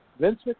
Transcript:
Vince